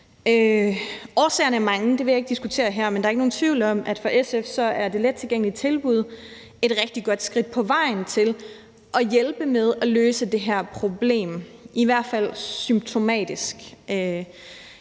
diskutere her, men der er for SF ikke nogen tvivl om, at det lettilgængelige tilbud er et rigtig godt skridt på vejen til at hjælpe med at løse det her problem, i hvert fald symptomatisk.